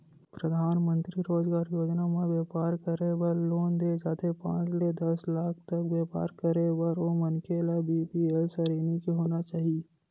परधानमंतरी रोजगार योजना म बेपार करे बर लोन दे जाथे पांच ले दस लाख तक बेपार करे बर ओ मनखे ल बीपीएल सरेनी के होना चाही